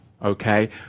okay